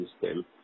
system